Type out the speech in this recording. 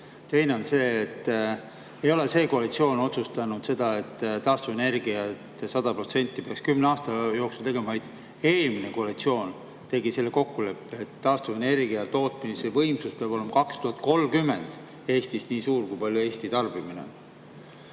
Teine on see, et ei ole praegune koalitsioon otsustanud seda, et taastuvenergia 100% peaks kümne aasta jooksul [saavutama], vaid eelmine koalitsioon tegi selle kokkuleppe, et taastuvenergia tootmise võimsus peab olema 2030. aastaks Eestis nii suur kui Eesti tarbimine.